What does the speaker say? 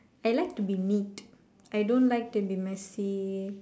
I like to be neat I don't like to be messy